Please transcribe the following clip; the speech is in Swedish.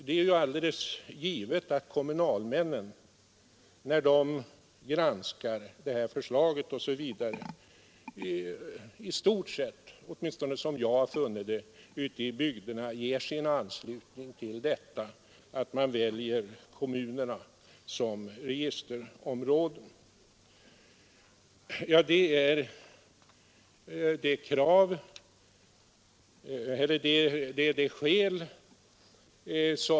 Det är givet — åtminstone har jag funnit det vara så — att kommunalmännen ute i bygderna vid sin granskning av detta förslag i stort sett har givit sin anslutning till att ha kommunerna som registerområden.